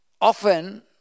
Often